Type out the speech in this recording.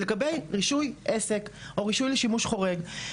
לקבל רישוי עסק או רישוי לשימוש חורג.